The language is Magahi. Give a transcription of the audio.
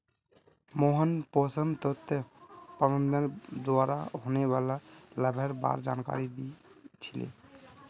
मोहन पोषण तत्व प्रबंधनेर द्वारा होने वाला लाभेर बार जानकारी दी छि ले